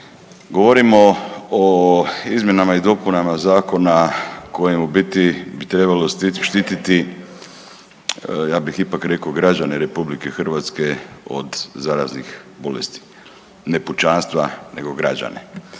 Govorimo o izmjenama i dopunama zakona kojem bi u biti trebalo štititi ja bih ipak rekao građane RH od zaraznih bolesti, ne pučanstva nego građane